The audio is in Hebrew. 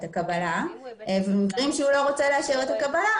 הקבלה ובמקרים שהוא לא רוצה לאשר את הקבלה,